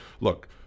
look